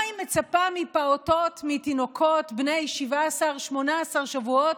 מה היא מצפה שפעוטות, תינוקות בני 18-17 שבועות,